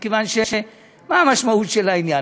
מכיוון ש, מה המשמעות של העניין?